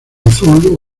azul